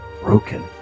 broken